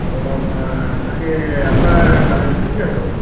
অলপ তাকে আপোনাৰ কালেকচন কি কি আছে বাৰু